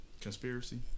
Conspiracy